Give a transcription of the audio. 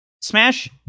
Smash